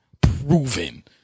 proven